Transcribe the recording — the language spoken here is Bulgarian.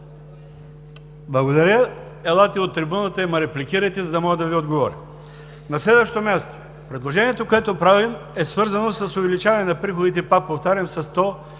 Благодаря, но елате и от трибуната ме реплекирайте, за да мога да Ви отговоря. На следващо място, предложението, което правим, е свързано с увеличаване на приходите, пак повтарям, със